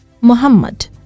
Muhammad